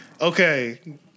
Okay